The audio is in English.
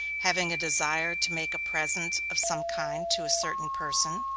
having a desire to make a present of some kind to a certain person,